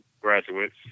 graduates